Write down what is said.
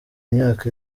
imyaka